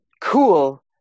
cool